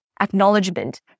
acknowledgement